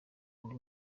ndi